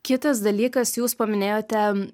kitas dalykas jūs paminėjote